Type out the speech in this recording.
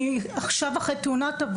אני אחרי איזו שהיא תאונה,